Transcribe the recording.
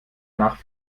nach